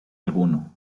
alguno